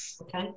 Okay